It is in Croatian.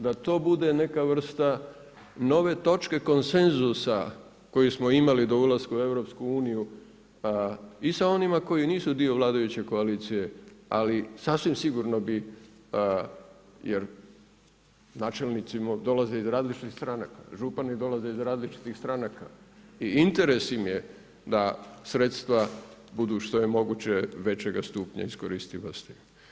Da to bude neka vrsta nove točke konsenzusa koji smo imali do ulaska u EU, i sa onima koji nisu dio vladajuće koalicije ali sasvim sigurno bi jer načelnici dolaze iz različitih stranaka, župani dolaze iz različitih stranaka, i interes im je da sredstva budu što je moguće većega stupnja iskoristivosti.